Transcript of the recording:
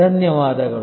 ಧನ್ಯವಾದಗಳು